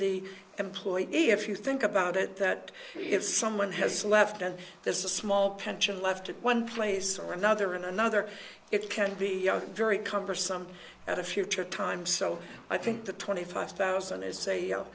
the employed if you think about it that if someone has left and there's a small pension left at one place or another in another it can be very cumbersome at a future time so i think the twenty five thousand is a